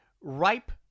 ripe